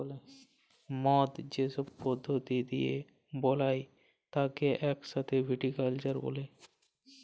মদ যে সব পদ্ধতি দিয়ে বালায় তাকে ইক সাথে ভিটিকালচার ব্যলে